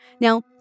Now